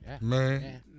Man